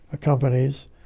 companies